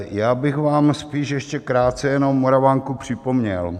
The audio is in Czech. Já bych vám spíš ještě krátce jenom Moravanku připomněl.